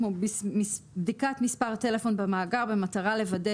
כמו בדיקת מספר טלפון במאגר במטרה לוודא